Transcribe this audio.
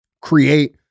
create